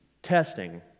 Testing